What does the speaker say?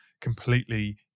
completely